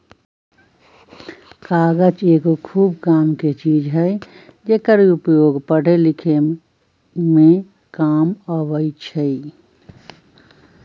कागज एगो खूब कामके चीज हइ जेकर उपयोग पढ़े लिखे में काम अबइ छइ